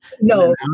No